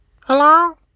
Hello